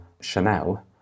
Chanel